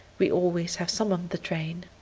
we always have some on the train.